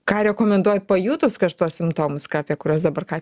ką rekomenduojat pajutus tuos simptomus ką apie kuriuos dabar ką